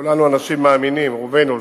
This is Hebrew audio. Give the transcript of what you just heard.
כולנו אנשים מאמינים, רובנו לפחות.